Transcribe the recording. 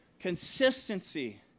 consistency